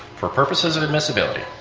for purposes of admissibility,